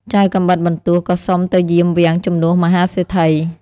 ចៅកាំបិតបន្ទោះក៏សុំទៅយាមវាំងជំនួសមហាសេដ្ឋី។